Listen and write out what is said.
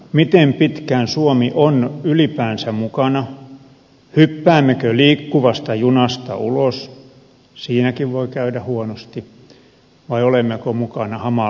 miten pitkään suomi on ylipäänsä mukana hyppäämmekö liikkuvasta junasta ulos siinäkin voi käydä huonosti vai olemmeko mukana hamaan loppuun saakka